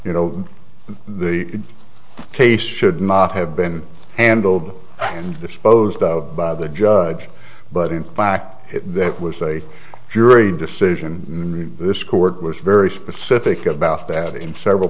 you know the case should not have been handled and disposed of by the judge but in fact that was a jury decision made this court was very specific about that in several